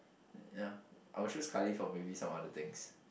ya I will choose Kylie for maybe some other things